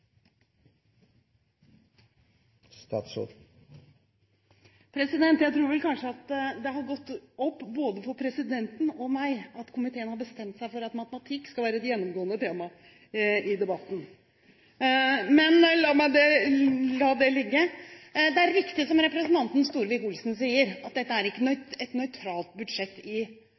om. Jeg tror det har gått opp både for presidenten og for meg at komiteen har bestemt seg for at matematikk skal være et gjennomgående tema i debatten, men la det ligge. Det er riktig som representanten Solvik-Olsen sier – dette er ikke et stramt budsjett i økonomisk forstand. Det er et om lag nøytralt budsjett, det står på side 8 i